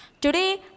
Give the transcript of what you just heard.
Today